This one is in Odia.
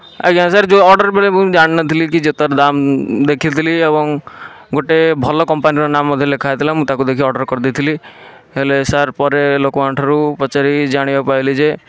ଆଜ୍ଞା ସାର୍ ଯେଉଁ ଅର୍ଡ଼ର୍ ବେଳେ ମୁଁ ଜାଣି ନଥିଲି କି ଜୋତାର ଦାମ୍ ଦେଖିଥିଲି ଏବଂ ଗୋଟେ ଭଲ କମ୍ପାନୀର ନାମ ସେଥିରେ ଲେଖା ହେଇଥିଲା ମୁଁ ତାକୁ ଦେଖି ଅର୍ଡ଼ର୍ କରିଦେଇଥିଲି ହେଲେ ସାର୍ ପରେ ଲୋକମାନଙ୍କ ଠାରୁ ପଚାରି ଜାଣିବାକୁ ପାଇଲି ଯେ